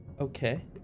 Okay